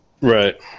Right